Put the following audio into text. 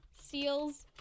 seals